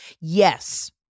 Yes